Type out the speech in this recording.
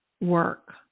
work